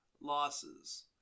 losses